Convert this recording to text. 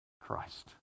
Christ